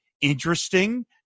interesting